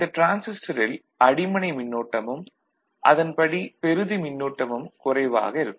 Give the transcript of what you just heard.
இந்த டிரான்சிஸ்டரில் அடிமனை மின்னோட்டமும் அதன்படி பெறுதி மின்னோட்டமும் குறைவாக இருக்கும்